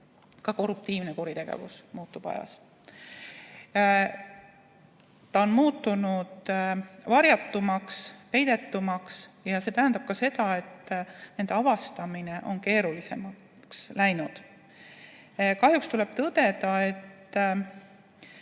Ka korruptiivne kuritegevus muutub ajas. Ta on muutunud varjatumaks, peidetumaks ja see tähendab seda, et selle avastamine on keerulisemaks läinud. Kahjuks tuleb tõdeda, et